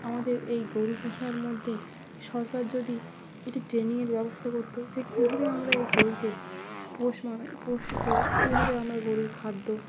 আমাদের এই গোরু পোষার মধ্যে সরকার যদি এটি ট্রেনিংয়ের ব্যবস্থা করত যে কীভাবে আমরা এই গোরুকে পোষ পুষব কীভাবে আমরা গোরুর খাদ্য